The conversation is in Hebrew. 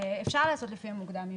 אפשר לעשות לפי המוקדם מביניהם.